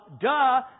duh